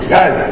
Guys